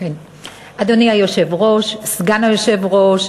אדוני היושב-ראש, סגן היושב-ראש,